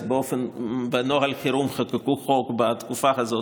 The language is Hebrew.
אז בנוהל חירום חוקקו חוק בתקופה הזאת,